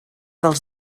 dels